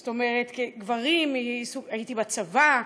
זאת אומרת, הייתי בצבא,